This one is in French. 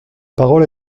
parole